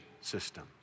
system